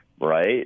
right